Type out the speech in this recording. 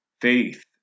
Faith